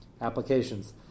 applications